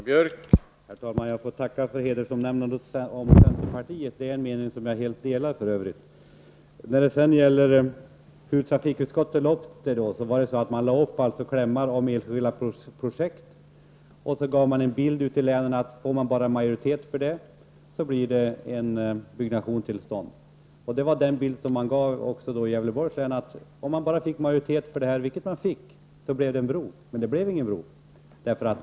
Herr talman! Jag får tacka för hedersomnämnandet av centerpartiet. Det är en mening som jag helt delar. Trafikutskottets uppläggning av ärendet innebar att man konstruerade klämmar om enskilda projekt och gav en bild till länen av att om man bara fick majoritet skulle byggnadstillstånd lämnas. Det var den bild man gav också Gävleborgs län. Fick man bara majoritet, vilket man fick, skulle det bli en bro. Men det blev ingen bro.